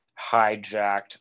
hijacked